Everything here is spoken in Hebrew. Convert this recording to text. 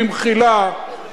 תרשו לי לומר לכם,